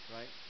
Right